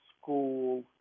school